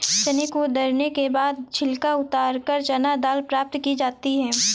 चने को दरने के बाद छिलका उतारकर चना दाल प्राप्त की जाती है